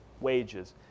wages